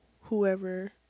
whoever